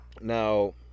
Now